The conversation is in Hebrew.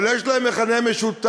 אבל יש להם מכנה משותף,